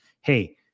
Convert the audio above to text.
Hey